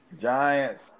Giants